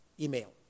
email